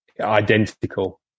identical